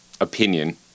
opinion